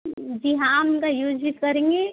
जी हाँ हम इनका यूज भी करेंगे